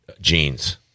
jeans